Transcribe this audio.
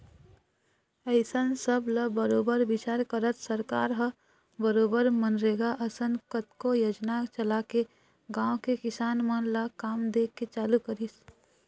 अइसन सब ल बरोबर बिचार करत सरकार ह बरोबर मनरेगा असन कतको योजना चलाके गाँव के किसान मन ल काम दे के चालू करिस